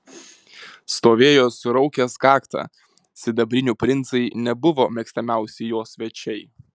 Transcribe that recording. stovėjo suraukęs kaktą sidabrinių princai nebuvo mėgstamiausi jo svečiai